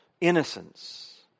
innocence